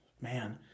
man